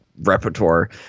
repertoire